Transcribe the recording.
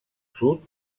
sud